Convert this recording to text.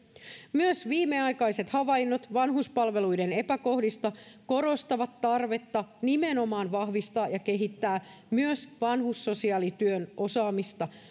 myös viimeaikaiset havainnot vanhuspalvelujen epäkohdista korostavat tarvetta nimenomaan vahvistaa ja kehittää myös vanhussosiaalityön osaamista